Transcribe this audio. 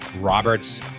Roberts